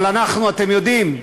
אבל אתם יודעים,